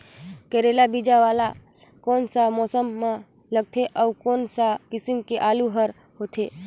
करेला बीजा वाला कोन सा मौसम म लगथे अउ कोन सा किसम के आलू हर होथे?